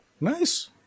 Nice